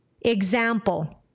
Example